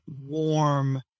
warm